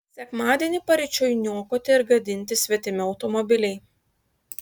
sekmadienį paryčiui niokoti ir gadinti svetimi automobiliai